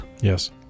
Yes